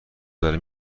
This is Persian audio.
داره